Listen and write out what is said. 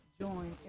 join